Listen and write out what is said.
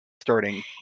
starting